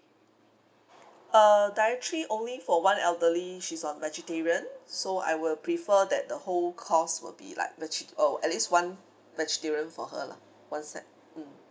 uh dietary only for one elderly she's a vegetarian so I will prefer that the whole course will be like the chips uh at least one vegetarian for her lah one set mm